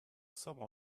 some